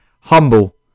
Humble